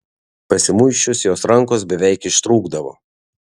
pasimuisčius jos rankos beveik ištrūkdavo